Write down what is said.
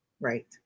Right